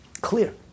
clear